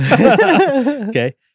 okay